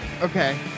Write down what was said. Okay